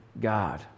God